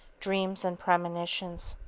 dreams and premonitions.